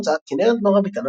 הוצאת כנרת זמורה ביתן,